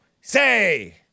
Say